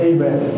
Amen